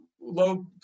low